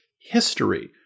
history